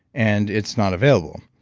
and it's not available.